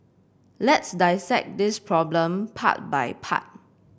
let's dissect this problem part by part